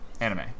anime